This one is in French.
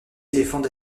éléphants